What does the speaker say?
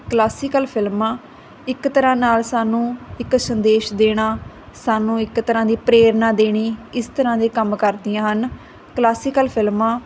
classical ਫਿਲਮਾਂ ਇੱਕ ਤਰ੍ਹਾਂ ਨਾਲ ਸਾਨੂੰ ਇੱਕ ਸੰਦੇਸ਼ ਦੇਣਾ ਸਾਨੂੰ ਇੱਕ ਤਰ੍ਹਾਂ ਦੀ ਪ੍ਰੇਰਨਾ ਦੇਣੀ ਇਸ ਤਰ੍ਹਾਂ ਦੇ ਕੰਮ ਕਰਦੀਆਂ ਹਨ ਕਲਾਸੀਕਲ ਫਿਲਮਾਂ